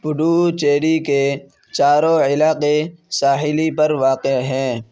پڈوچیری کے چاروں علاقے ساحلی پر واقع ہیں